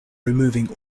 removing